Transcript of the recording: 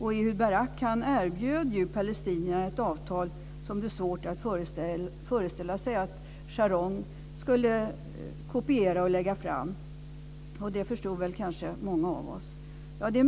Ehud Barak erbjöd ju palestinierna ett avtal som det är svårt att föreställa sig att Sharon skulle kopiera och lägga fram. Det förstår väl kanske många av oss. Ja, det är